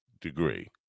degree